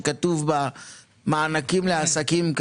שכתוב בה מענקים לעסקים,